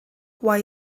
why